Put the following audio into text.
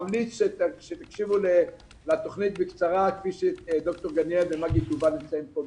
ממליץ שתקשיבו לתוכנית כפי שדוקטור גניאל ומגי טובל יציגו אותה בקצרה.